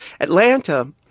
Atlanta